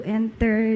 enter